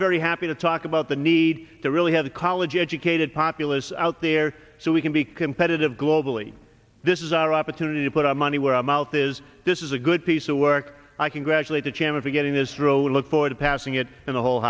very happy to talk about the need to really have a college educated populace out there so we can be competitive globally this is our opportunity to put our money where our mouth is this is a good piece of work i congratulate the channel for getting this rule we look forward to passing it in the whole